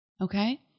Okay